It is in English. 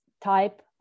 type